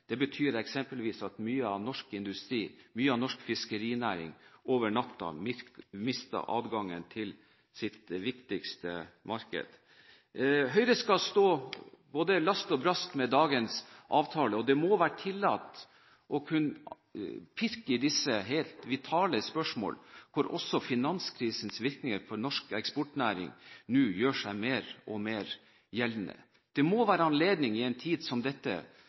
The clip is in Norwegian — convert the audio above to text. Det betyr eksempelvis at mye av norsk industri og mye av norsk fiskerinæring over natten mister adgangen til sitt viktigste marked. Høyre skal stå både last og brast med dagens avtale. Det må være tillatt å kunne pirke i disse helt vitale spørsmålene, hvor også finanskrisens virkninger for norsk eksportnæring nå gjør seg mer og mer gjeldende. Det må det være anledning til i en tid som dette.